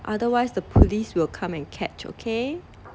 otherwise the police will come and catch okay